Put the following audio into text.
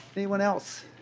anyone else?